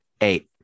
Eight